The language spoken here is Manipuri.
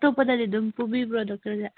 ꯑꯇꯣꯞꯄꯗꯗꯤ ꯑꯗꯨꯝ ꯄꯨꯕꯤꯕ꯭ꯔꯣ ꯗꯣꯛꯇꯔꯁꯦ